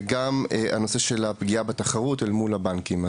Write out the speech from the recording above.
והנושא של הפגיעה בתחרות אל מול הבנקים.